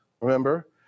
remember